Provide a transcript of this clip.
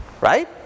right